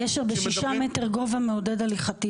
גשר בששה מטרים גובה מעודד הליכתיות?